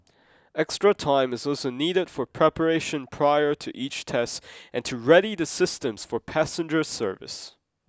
extra time is also needed for preparation prior to each test and to ready the systems for passenger service